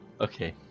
Okay